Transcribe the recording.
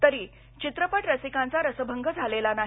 तरी चित्रपट रसिकांचा रसभंग झालेला नाही